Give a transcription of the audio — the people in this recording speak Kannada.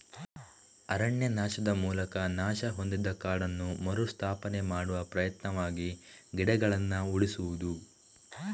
ಅರಣ್ಯನಾಶದ ಮೂಲಕ ನಾಶ ಹೊಂದಿದ ಕಾಡನ್ನು ಮರು ಸ್ಥಾಪನೆ ಮಾಡುವ ಪ್ರಯತ್ನವಾಗಿ ಗಿಡಗಳನ್ನ ಉಳಿಸುದು